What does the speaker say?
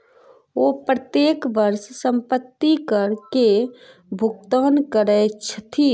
ओ प्रत्येक वर्ष संपत्ति कर के भुगतान करै छथि